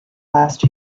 last